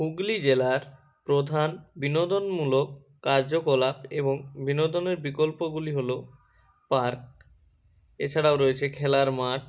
হুগলি জেলার প্রধান বিনোদনমূলক কার্যকলাপ এবং বিনোদনের বিকল্পগুলি হলো পার্ক এছাড়াও রয়েছে খেলার মাঠ